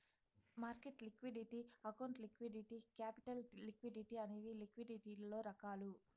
market liquidity account liquidity capital liquidity అనేవి లిక్విడిటీలలో రకాలు